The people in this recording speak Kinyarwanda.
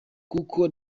kuko